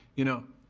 you know,